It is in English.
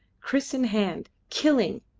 kriss in hand, killing,